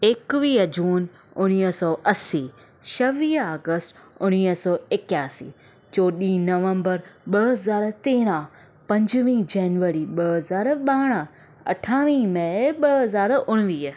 एकवीह जून उणिवीह सौ असी छवीह अगस उणिवीह सौ इक्यासी चोॾहीं नवम्बर ॿ हज़ार तेरहां पंजवीह जेनवरी ॿ हज़ार ॿारहं अठावीह में ॿ हज़ार उणिवीह